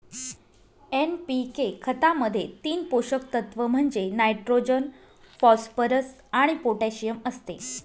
NPK खतामध्ये तीन पोषक तत्व म्हणजे नायट्रोजन, फॉस्फरस आणि पोटॅशियम असते